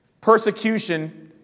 persecution